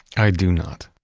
i do not.